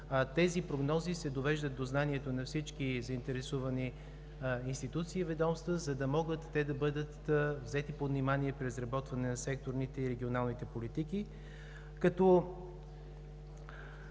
тези прогнози се довеждат до знанието на всички заинтересовани институции и ведомства, за да могат те да бъдат взети под внимание при разработване на секторните и регионалните политики.